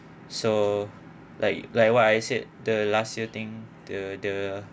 so like like what I said the last year thing the the